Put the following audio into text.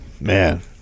man